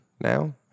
now